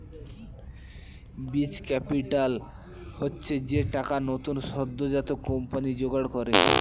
বীজ ক্যাপিটাল হচ্ছে যে টাকা নতুন সদ্যোজাত কোম্পানি জোগাড় করে